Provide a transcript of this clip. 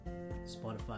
Spotify